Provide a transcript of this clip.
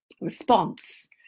response